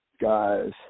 guys